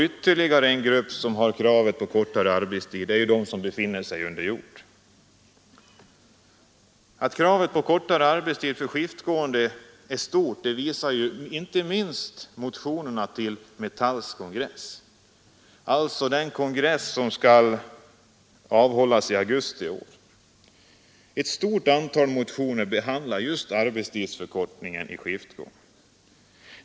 Ytterligare en grupp som har kravet på kortare arbetstid är de som arbetar under jord. Att kravet på kortare arbetstid för skiftgående är starkt visar inte minst motionerna till Metalls kongress i augusti i år. Ett stort antal motioner behandlar just arbetstidsförkortningen för skiftgående.